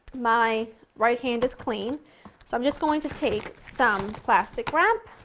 my right hand is clean so i'm just going to take some plastic wrap.